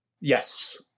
Yes